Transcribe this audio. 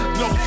no